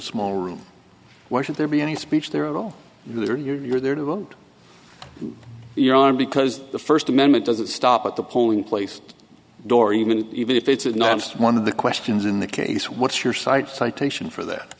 small room why should there be any speech there at all there you're there to vote your arm because the first amendment doesn't stop at the polling place door even if it's not just one of the questions in the case what's your side citation for that